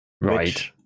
Right